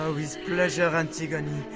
wiz pleasure, antigone.